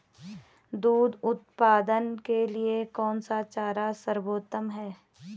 दूध उत्पादन के लिए कौन सा चारा सर्वोत्तम है?